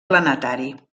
planetari